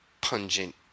pungent